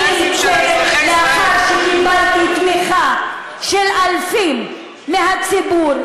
אני נמצאת לאחר שקיבלתי תמיכה של אלפים מהציבור,